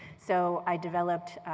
so i developed